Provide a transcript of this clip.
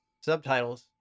subtitles